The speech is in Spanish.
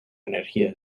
energía